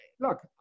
look